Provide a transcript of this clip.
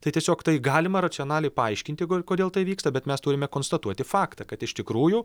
tai tiesiog tai galima racionaliai paaiškinti ko kodėl tai vyksta bet mes turime konstatuoti faktą kad iš tikrųjų